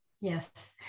Yes